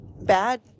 bad